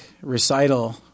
recital